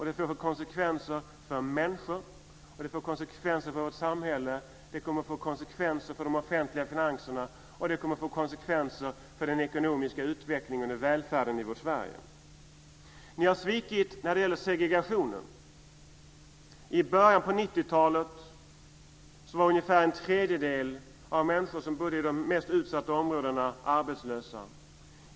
Det får konsekvenser för människor och för vårt samhälle, och det kommer att få konsekvenser för de offentliga finanserna och för den ekonomiska utvecklingen och välfärden i vårt Ni har svikit när det gäller segregationen. I början av 90-talet var ungefär en tredjedel av de människor som bodde i de mest utsatta områdena arbetslösa.